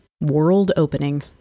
world-opening